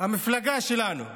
המפלגה שלנו,